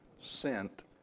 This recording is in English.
sent